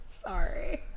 Sorry